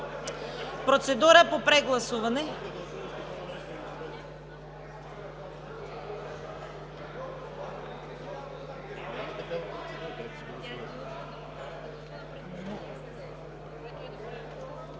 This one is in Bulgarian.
Процедура по прегласуване.